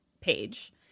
page